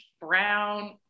brown